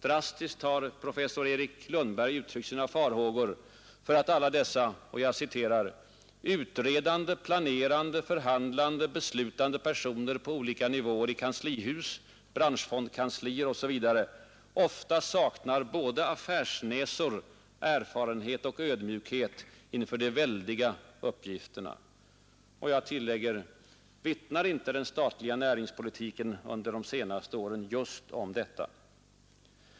Drastiskt har professor Erik Lundberg uttryckt sina farhågor för att alla dessa ”utredande, planerande, förhandlande, beslutande personer på olika nivåer i kanslihus, branschfondkanslier osv. ofta saknar både affärsnäsor, erfarenhet och ödmjukhet inför de väldiga uppgifterna”. Och jag tillägger: Vittnar inte den statliga näringspolitiken under de senaste åren just om detta?